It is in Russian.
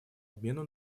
обмену